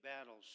battles